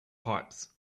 pipes